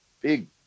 big